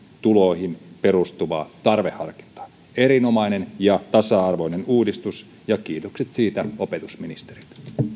tuloihin perustuvaa tarveharkintaa erinomainen ja tasa arvoinen uudistus ja kiitokset siitä opetusministerille